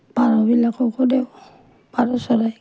পাৰবিলাককো দিওঁ পাৰ চৰাই